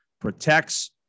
protects